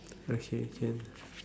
okay can